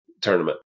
tournament